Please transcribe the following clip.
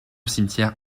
cimetière